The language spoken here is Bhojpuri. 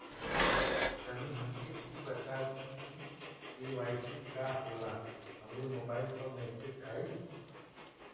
तनि हमके इ बता दीं की के.वाइ.सी का होला हमरे मोबाइल पर मैसेज आई?